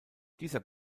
dieser